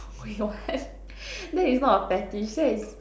wait [what] that is not a fetish that is